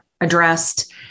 addressed